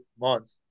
month